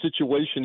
situation